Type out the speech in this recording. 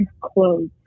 clothes